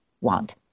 want